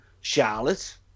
charlotte